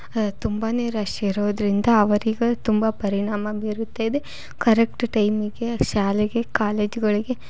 ತುಂಬನೇ ರಶ್ ಇರೋದರಿಂದ ಅವರಿಗೆ ತುಂಬ ಪರಿಣಾಮ ಬೀರುತ್ತಿದೆ ಕರೆಕ್ಟ್ ಟೈಮಿಗೆ ಶಾಲೆಗೆ ಕಾಲೇಜ್ಗಳಿಗೆ